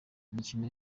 imikino